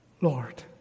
Lord